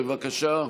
בבקשה.